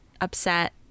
upset